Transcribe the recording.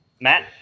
Matt